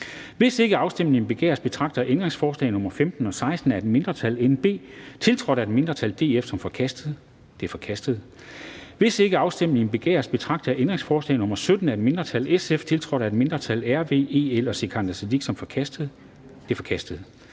Hvis ikke afstemning begæres, betragter jeg ændringsforslag nr. 15 og 16 af et mindretal (NB), tiltrådt af et mindretal (DF), som forkastet. De er forkastet. Hvis ikke afstemning begæres, betragter jeg ændringsforslag nr. 17 af et mindretal (SF), tiltrådt af et mindretal (RV, EL og Sikandar Siddique (UFG)), som forkastet. Det er forkastet.